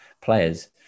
players